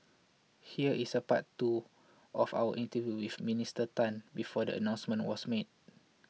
here is a part two of our interview with Minister Tan before the announcement was made